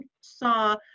saw